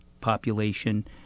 population